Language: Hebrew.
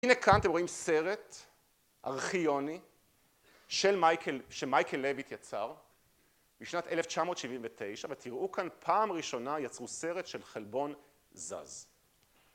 הנה כאן אתם רואים סרט ארכיוני שמייקל לויט יצר בשנת 1979 ותראו כאן פעם ראשונה יצרו סרט של חלבון זז